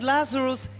Lazarus